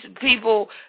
people